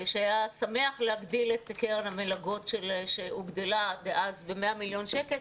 שהיה שמח להגדיל את קרן המלגות שהוגדלה דאז ב-100 מיליון שקלים,